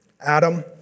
Adam